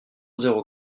zéro